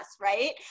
right